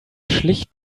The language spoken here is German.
schlicht